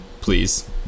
please